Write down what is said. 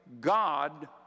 God